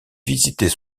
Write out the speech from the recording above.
visitait